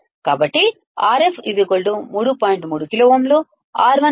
కాబట్టి Rf 3